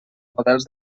models